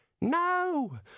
No